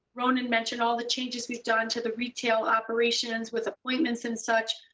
ronan mentioned all the changes we've done to the retail operations, with appointments and such,